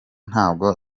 ntabwo